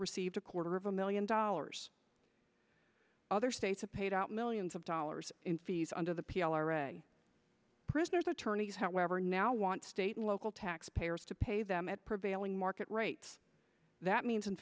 received a quarter of a million dollars other states have paid out millions of dollars in fees under the p l r a prisoner's attorneys however now want state local taxpayers to pay them at prevailing market rates that means in